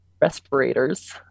respirators